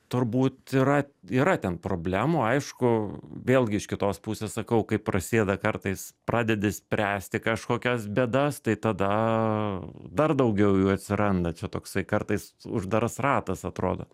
turbūt yra yra ten problemų aišku vėlgi iš kitos pusės sakau kai prasideda kartais pradedi spręsti kažkokias bėdas tai tada dar daugiau jų atsiranda čia toksai kartais uždaras ratas atrodo